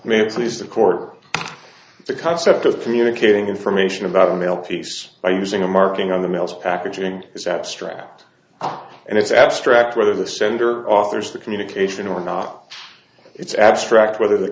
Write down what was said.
may please the court the concept of communicating information about a mail piece or using a marking on the mails packaging is abstract and it's abstract whether the sender offers the communication or not it's abstract whether the